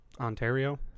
Ontario